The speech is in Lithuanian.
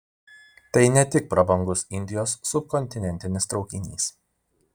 tai ne tik prabangus indijos subkontinentinis traukinys